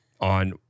on